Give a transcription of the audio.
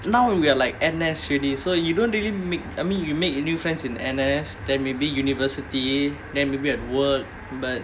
now and we are like N_S already so you don't really make I mean you make new friends in N_S then maybe university then maybe at work but